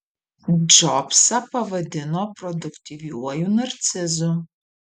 džobsą pavadino produktyviuoju narcizu